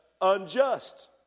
unjust